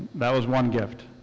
that was one gift.